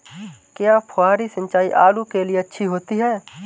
क्या फुहारी सिंचाई आलू के लिए अच्छी होती है?